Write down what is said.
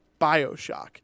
Bioshock